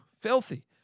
filthy